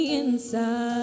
inside